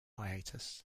hiatus